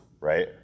Right